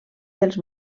dels